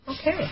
Okay